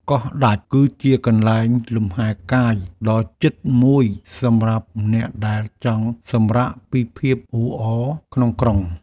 កោះដាច់គឺជាកន្លែងលំហែកាយដ៏ជិតមួយសម្រាប់អ្នកដែលចង់សម្រាកពីភាពអ៊ូអរក្នុងក្រុង។